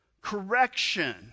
Correction